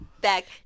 back